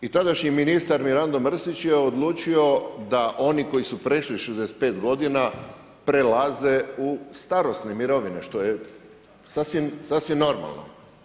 I tadašnji ministar Mirando Mrsić je odlučio da oni koji su prešli 65 godina prelaze u starosne mirovine što je sasvim normalno.